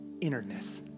innerness